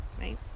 Right